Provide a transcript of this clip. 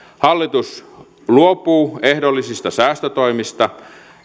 hallitus luopuu ehdollisista säästötoimista